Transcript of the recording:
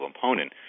component